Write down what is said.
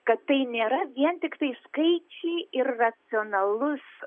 kad tai nėra vien tiktai skaičiai ir racionalus